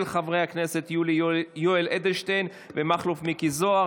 של חברי הכנסת יולי יואל אדלשטיין ומכלוף מיקי זוהר.